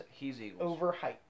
overhyped